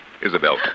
Isabel